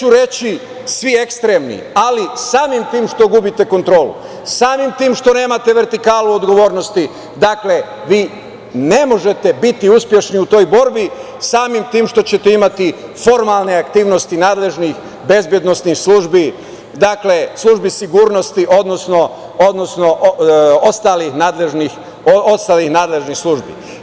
Neću reći - svi ekstremni, ali, samim tim što gubite kontrolu, samim tim što nemate vertikalu odgovornosti, vi ne možete biti uspešni u toj borbi samim tim što ćete imati formalne aktivnosti nadležnih i bezbednosnih službi, službi sigurnosti, odnosno ostalih nadležnih službi.